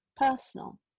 personal